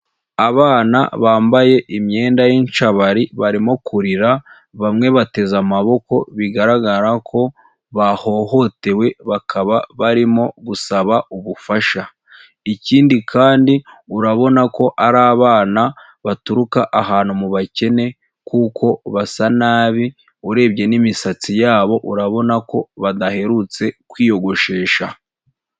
Abana bambaye imyenda y'incabari, barimo kurira, bamwe bateze amaboko, bigaragara ko bahohotewe bakaba barimo gusaba ubufasha. Ikindi kandi, urabona ko ari abana baturuka ahantu mu bakene kuko basa nabi, urebye n'imisatsi yabo urabona ko badaherutse kwiyogoshesha.